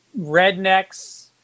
rednecks